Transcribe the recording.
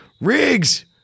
Riggs